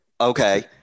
Okay